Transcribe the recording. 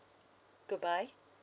goodbye